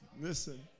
Listen